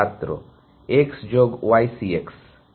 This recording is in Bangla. ছাত্র x যোগ y c x